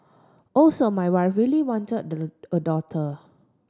also my wife really wanted a daughter